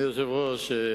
אדוני היושב-ראש,